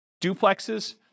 duplexes